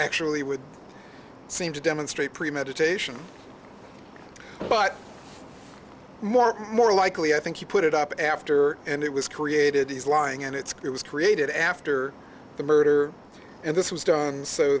actually would seem to demonstrate premeditation but more and more likely i think he put it up after and it was created he's lying and it's it was created after the murder and this was done so